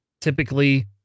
typically